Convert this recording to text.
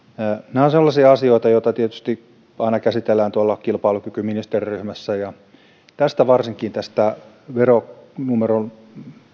nämä ovat sellaisia asioita joita tietysti aina käsitellään tuolla kilpailukykyministeriryhmässä varsinkin tätä veronumeron